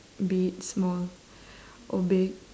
be it small or big